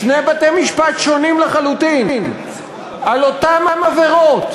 שני בתי-משפט שונים לחלוטין, על אותן עבירות,